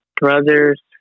brother's